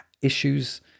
issues